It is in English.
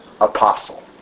Apostle